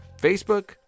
Facebook